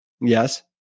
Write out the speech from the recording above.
yes